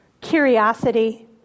curiosity